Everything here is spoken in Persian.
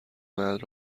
مرد